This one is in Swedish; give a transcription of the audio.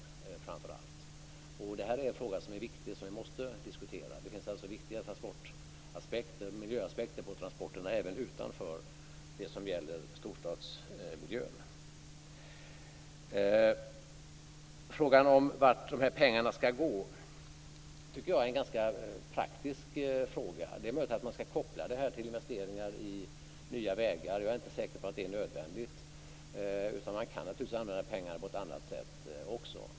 Detta är en fråga som är viktigt och som vi måste diskutera. Det finns alltså viktiga miljöaspekter på transporterna, även utanför storstadsmiljön. Frågan om vart pengarna ska gå tycker jag är en ganska praktisk fråga. Det är möjligt att man ska koppla det här till investeringar i nya vägar. Jag är inte säker på att det är nödvändigt. Man kan naturligtvis även använda pengarna på annat sätt.